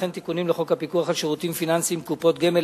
וכן תיקונים לחוק הפיקוח על שירותים פיננסיים (קופות גמל),